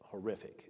horrific